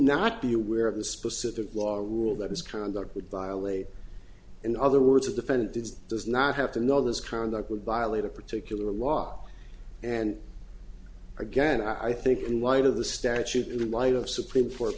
not be aware of the specific law or rule that misconduct would violate in other words a defendant does does not have to know this conduct would violate a particular law and again i think in light of the statute in light of supreme court